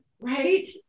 Right